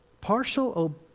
Partial